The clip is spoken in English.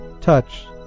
touch